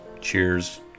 Cheers